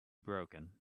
broken